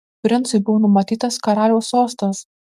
princui buvo numatytas karaliaus sostas